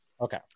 Okay